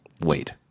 wait